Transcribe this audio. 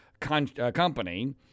company